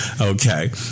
Okay